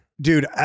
dude